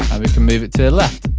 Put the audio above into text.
um we can move it to the left.